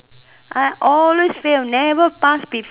I always fail never pass before